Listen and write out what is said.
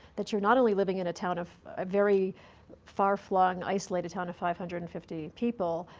that you're not only living in a town of a very far-flung, isolated town of five hundred and fifty people,